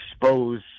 expose